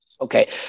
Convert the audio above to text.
Okay